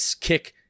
kick